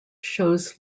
shows